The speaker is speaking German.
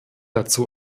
dazu